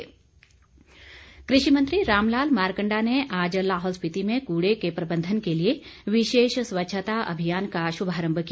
मारकंडा कृषि मंत्री रामलाल मारकंडा ने आज लाहौल स्पिति में कूड़े के प्रबंधन के लिए विशेष स्वच्छता अभियान का शुभारम्भ किया